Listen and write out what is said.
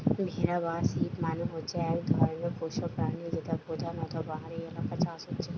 ভেড়া বা শিপ মানে হচ্ছে এক ধরণের পোষ্য প্রাণী যেটা পোধানত পাহাড়ি এলাকায় চাষ হচ্ছে